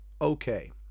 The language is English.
Okay